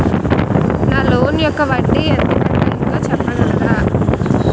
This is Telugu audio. నా లోన్ యెక్క వడ్డీ ఎంత కట్ అయిందో చెప్పగలరా?